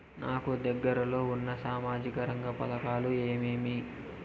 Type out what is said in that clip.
నాకు దగ్గర లో ఉన్న సామాజిక రంగ పథకాలు ఏమేమీ?